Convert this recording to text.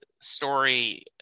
story